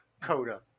Coda